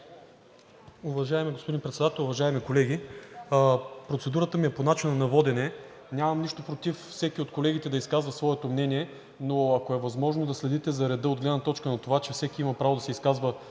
Уважаеми господин Председател, уважаеми колеги! Процедурата ми е по начина на водене. Нямам нищо против всеки от колегите да изказва своето мнение, но ако е възможно да следите за реда от гледна точка на това, че всеки има право да се изказва